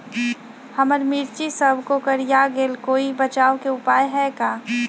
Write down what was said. हमर मिर्ची सब कोकररिया गेल कोई बचाव के उपाय है का?